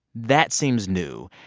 that seems new,